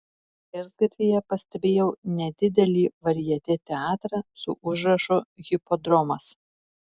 skersgatvyje pastebėjau nedidelį varjetė teatrą su užrašu hipodromas